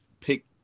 pick